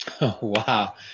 Wow